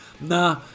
Nah